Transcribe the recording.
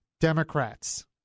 Democrats